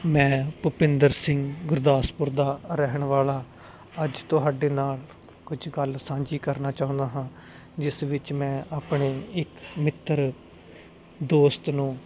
ਮੈਂ ਭੁਪਿੰਦਰ ਸਿੰਘ ਗੁਰਦਾਸਪੁਰ ਦਾ ਰਹਿਣ ਵਾਲਾ ਅੱਜ ਤੁਹਾਡੇ ਨਾਲ ਕੁਝ ਗੱਲ ਸਾਂਝੀ ਕਰਨਾ ਚਾਹੁੰਦਾ ਹਾਂ ਜਿਸ ਵਿੱਚ ਮੈਂ ਆਪਣੇ ਇੱਕ ਮਿੱਤਰ ਦੋਸਤ ਨੂੰ